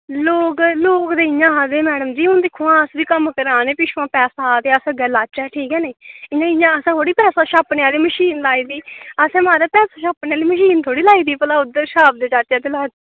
लोग लोग ते इंया आक्खदे मैडम जी दिक्खो अस बी कम्म कराने अग्गुआं पैसा आचै ते लानै जी इंया असें थोह्ड़े पैसा छापने आह्ली मशीन लाई दी ते असें थोह्ड़े पैसा छापनै आह्ली मशीन लाई दी की भला छापदे जाचै ते लांदे जाचै